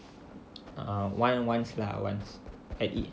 ah once once lah once I eat